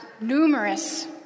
numerous